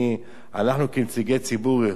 אנחנו, כנציגי ציבור,